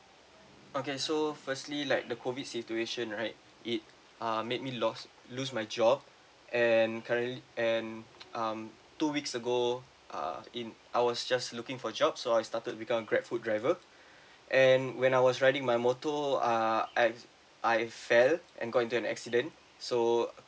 okay so firstly like the COVID situation right it ah made me lost lose my job and currently and um two weeks ago ah in I was just looking for job so I started become a grabfood driver and when I was riding my motor ah I I fell and got into an accident so